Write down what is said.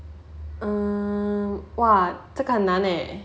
um !wah! 这个很难 eh